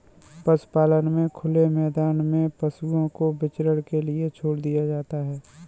पशुपालन में खुले मैदान में पशुओं को विचरण के लिए छोड़ दिया जाता है